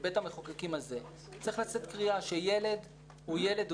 מבית המחוקקים הזה צריכה לצאת קריאה שילד הוא ילד,